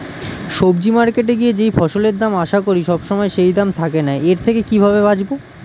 সবজি মার্কেটে গিয়ে যেই ফসলের দাম আশা করি সবসময় সেই দাম থাকে না এর থেকে কিভাবে বাঁচাবো?